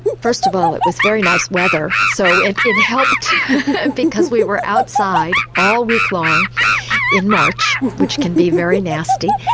first of all it was very nice weather, so it it helped because we were outside all week long in march, which can be very nasty.